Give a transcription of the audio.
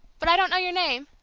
but i don't know your name?